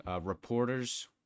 Reporters